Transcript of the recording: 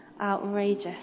outrageous